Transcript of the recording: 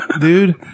dude